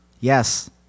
Yes